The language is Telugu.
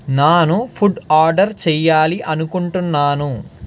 నేను ఫుడ్ ఆర్డర్ చేయాలి అనుకుంటున్నాను